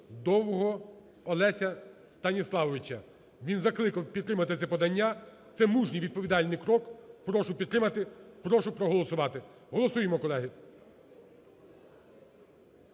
Довгого Олеся Станіславовича. Він закликав підтримати це подання. Це мужній, відповідальній крок. Прошу підтримати, прошу проголосувати. Голосуємо, колеги.